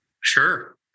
Sure